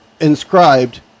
inscribed